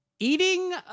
Eating